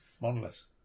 monoliths